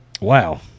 Wow